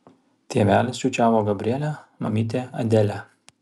tėvelis čiūčiavo gabrielę mamytė adelę